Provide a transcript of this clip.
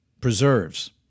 preserves